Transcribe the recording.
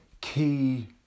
key